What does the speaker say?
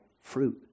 fruit